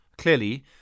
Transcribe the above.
Clearly